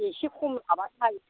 एसे खम लाबानो जायो